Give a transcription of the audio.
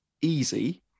easy